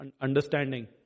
understanding